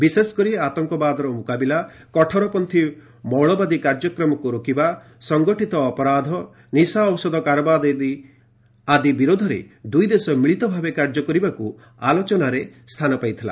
ବିଶେଷକରି ଆତଙ୍କବାଦର ମୁକାବିଲା କଠୋରପଚ୍ଛୀ ମୌଳବାଦୀ କାର୍ଯ୍ୟକ୍ରମକୁ ରୋକିବା ସଙ୍ଗଠିତ ଅପରାଧ ନିଶା ଔଷଧ କାରବାର ଆଦି ବିରୋଧରେ ଦୁଇ ଦେଶ ମିଳିତ ଭାବେ କାର୍ଯ୍ୟ କରିବାକୁ ଆଲୋଚନାରେ ସ୍ଥାନ ପାଇଥିଲା